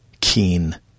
Keen